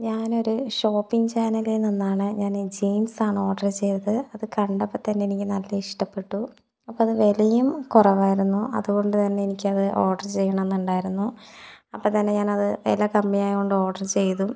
ഞാനൊരു ഷോപ്പിംങ് ചാനലിൽ നിന്നാണ് ഞാൻ ജീൻസ് ആണ് ഓർഡർ ചെയ്തത് അത് കണ്ടപ്പോൾ തന്നെ എനിക്ക് നല്ല ഇഷ്ടപ്പെട്ടു അപ്പോൾ അത് വിലയും കുറവായിരുന്നു അതുകൊണ്ട് തന്നെ എനിക്ക് അത് ഓർഡർ ചെയ്യണം എന്നുണ്ടായിരുന്നു അപ്പോൾ തന്നെ ഞാനത് വില കമ്മിയായതു കൊണ്ട് ഓർഡർ ചെയ്തു